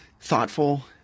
thoughtful